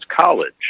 college